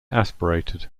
aspirated